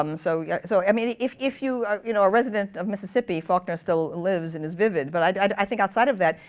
um so yeah so i mean if if you are you know a resident of mississippi, faulkner still lives and is vivid. but i think, outside of that,